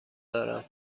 دارم